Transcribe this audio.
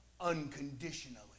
unconditionally